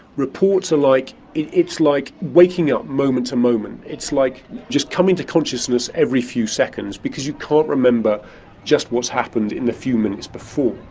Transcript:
reports like are it's like waking up moment to moment, it's like just coming to consciousness every few seconds because you can't remember just what's happened in the few minutes before.